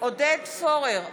עודד פורר,